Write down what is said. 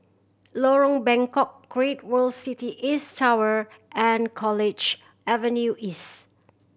Lorong Bengkok Great World City East Tower and College Avenue East